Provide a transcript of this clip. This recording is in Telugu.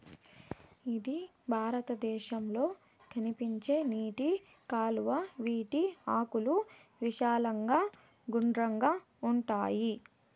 ఇది భారతదేశంలో కనిపించే నీటి కలువ, వీటి ఆకులు విశాలంగా గుండ్రంగా ఉంటాయి